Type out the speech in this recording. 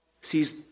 sees